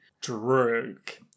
Drake